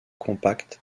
compact